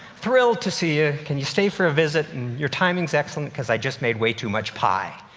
thrilled to see you. can you stay for a visit? and your timing is excellent, because i just made way too much pie.